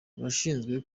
abashinzwe